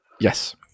Yes